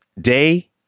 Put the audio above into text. Day